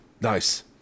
Nice